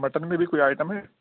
mutton میں بھی کوئی آئٹم ہے